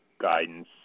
guidance